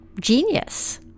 genius